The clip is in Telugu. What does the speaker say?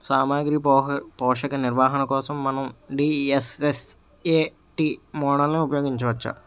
సామాగ్రి పోషక నిర్వహణ కోసం మనం డి.ఎస్.ఎస్.ఎ.టీ మోడల్ని ఉపయోగించవచ్చా?